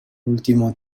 último